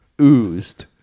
oozed